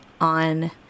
on